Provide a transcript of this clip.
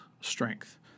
strength